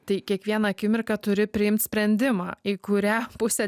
tai kiekvieną akimirką turi priimt sprendimą į kurią pusę